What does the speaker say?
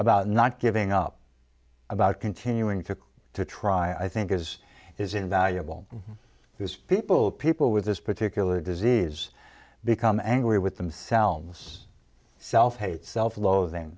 about not giving up about continuing to try i think is is invaluable because people people with this particular disease become angry with themselves self hate self lo